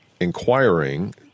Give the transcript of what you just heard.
inquiring